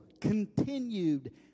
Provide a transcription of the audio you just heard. continued